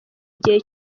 igihe